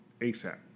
ASAP